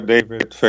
David